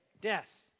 death